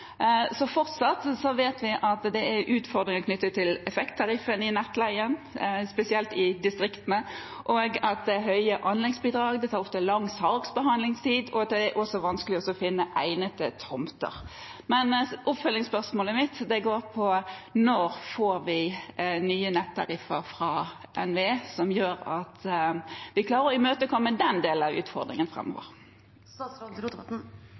vet vi at det er utfordringer knyttet til effekttariffen i nettleien, spesielt i distriktene, at det er høye anleggsbidrag, det er ofte lang saksbehandlingstid, og det er også vanskelig å finne egnede tomter. Men oppfølgingsspørsmålet mitt er: Når får vi nye nettariffer fra NVE som gjør at vi klarer å imøtekomme den